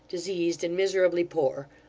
diseased and miserably poor,